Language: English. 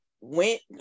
went